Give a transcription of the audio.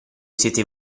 siete